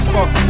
Fuck